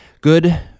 Good